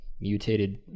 Mutated